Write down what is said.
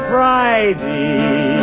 Friday